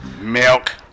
Milk